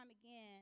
again